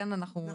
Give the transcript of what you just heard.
נכון.